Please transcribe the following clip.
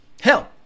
Hell